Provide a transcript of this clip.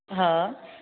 हा